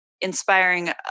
inspiring